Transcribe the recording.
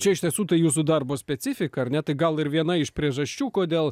čia iš tiesų tai jūsų darbo specifika ar ne tai gal ir viena iš priežasčių kodėl